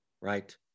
right